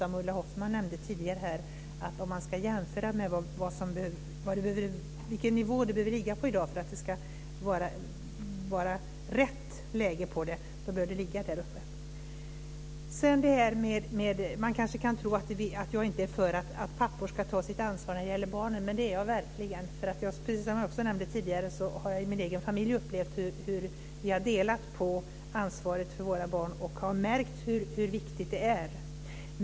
Om man ska jämföra vilken nivå det behöver ligga på i dag för att det ska ligga rätt bör det, precis som Ulla Hoffmann nämnde tidigare, ligga på den nivån. Man kanske kan tro att jag inte är för att pappor ska ta sitt ansvar när det gäller barnen, men det är jag verkligen. Precis som jag nämnde tidigare har jag i min egen familj upplevt hur vi har delat på ansvaret för våra barn, och jag har märkt hur viktigt det är.